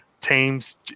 teams